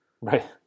Right